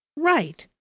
right!